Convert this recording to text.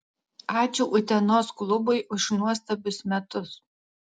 ačiū utenos klubui už nuostabius metus